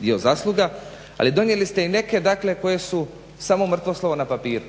dio zasluga, ali donijeli ste i neke koji su samo mrtvo slovo na papiru.